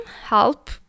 help